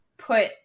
put